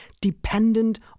dependent